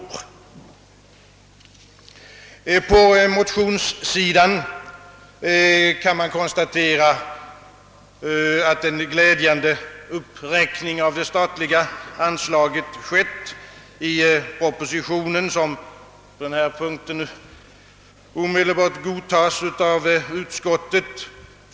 När det gäller motionsverksamheten för studerande, kan konstateras, att en glädjande uppräkning av det statliga anslaget skett i propositionen, som på denna punkt utan vidare godtas av utskottet.